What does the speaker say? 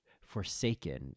forsaken